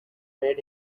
made